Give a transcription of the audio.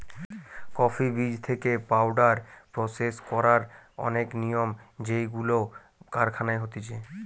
coffee বীজ থেকে powder process করার অনেক নিয়ম যেইগুলো কারখানায় হতিছে